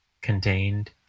contained